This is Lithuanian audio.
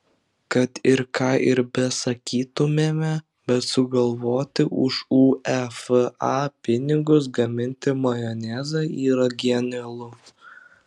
kad ir ką ir besakytumėme bet sugalvoti už uefa pinigus gaminti majonezą yra genialu